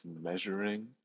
measuring